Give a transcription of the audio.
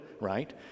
right